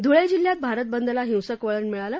धुळे जिल्ह्यात भारत बंदला हिंसक वळण मिळाले